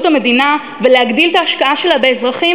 המדינה ולהגדיל את ההשקעה שלה באזרחים,